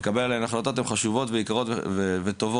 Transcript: לקבל הן חשובות ויקרות וטובות,